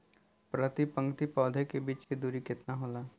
प्रति पंक्ति पौधे के बीच की दूरी केतना होला?